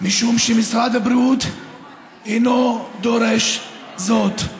משום שמשרד הבריאות אינו דורש זאת.